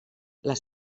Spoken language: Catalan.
les